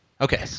Okay